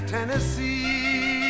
Tennessee